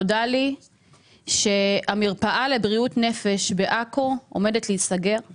נודע לי שהמרפאה לבריאות הנפש בעכו עומדת להיסגר;